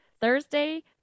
Thursday